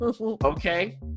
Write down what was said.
Okay